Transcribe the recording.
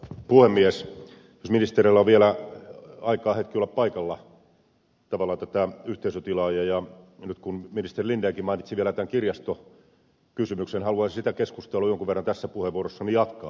jos ministerillä on vielä aikaa hetki olla paikalla ja nyt kun ministeri linden mainitsi vielä tämän kirjastokysymyksen haluaisin siitä keskustelua jonkun verran tässä puheenvuorossani jatkaa